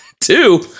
two